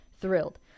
thrilled